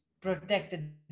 protected